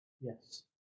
Yes